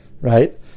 right